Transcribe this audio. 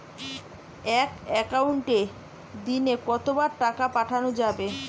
এক একাউন্টে দিনে কতবার টাকা পাঠানো যাবে?